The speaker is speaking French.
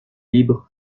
libres